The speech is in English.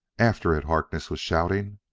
after it! harkness was shouting.